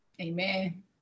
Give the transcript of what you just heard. Amen